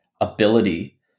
ability